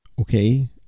Okay